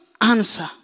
answer